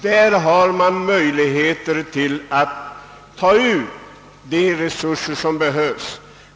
Banker har möjlighet att ta in de pengar som behövs för att finansiera sitt bygge.